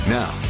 now